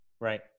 Right